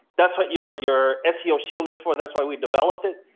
that's what your your ah seo shield is for. that's why we developed it.